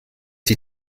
die